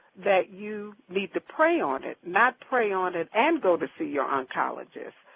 that you need to pray on it, not pray on it and go to see your oncologist.